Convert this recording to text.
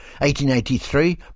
1883